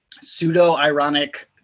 pseudo-ironic